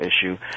issue